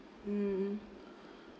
mm